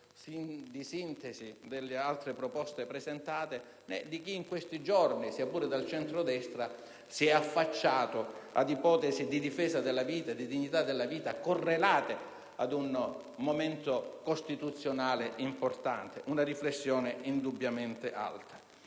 di sintesi delle altre proposte presentate, né quello di chi in questi giorni, sia pure nel centrodestra, si è affacciato ad ipotesi di difesa della vita e della dignità della stessa correlate ad un momento costituzionale importante e ad una riflessione indubbiamente alta.